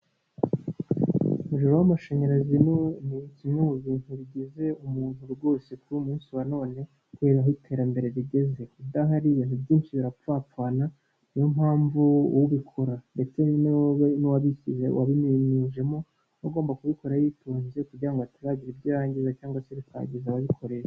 Umuriro w'amashanyarazi ni kimwe mu bintu bigize umuntu rwose ku munsi wa none kubera aho iterambere rigeze udahari ibintu byinshi birapfapfana niyo mpamvu ubikora ndetse n'uwabishyizeho wabimenyeyujemo agomba kubikora yitonze kugira ngo ataragira ibyo yangiza cyangwa se bikangiza ababikoresha.